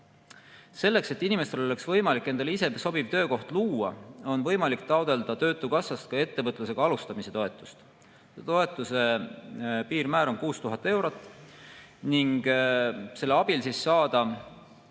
Selleks, et inimestel oleks võimalik ise endale sobiv töökoht luua, on võimalik taotleda töötukassast ettevõtlusega alustamise toetust. Toetuse piirmäär on 6000 eurot ning selle abil võib saada